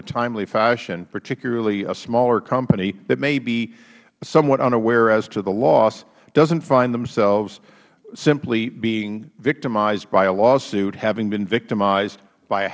a timely fashion particularly a smaller company that may be somewhat unaware as to the loss doesn't find themselves simply being victimized by a lawsuit having been victimized by